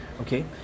okay